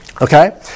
Okay